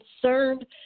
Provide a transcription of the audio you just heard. concerned